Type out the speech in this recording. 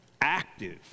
active